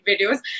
videos